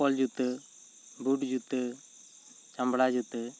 ᱪᱚᱯᱯᱚᱞ ᱡᱩᱛᱟᱹ ᱵᱩᱴ ᱡᱩᱛᱟᱹ ᱪᱟᱢᱲᱟ ᱡᱩᱛᱟᱹ